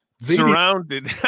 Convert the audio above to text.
Surrounded